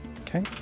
Okay